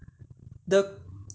the